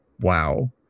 wow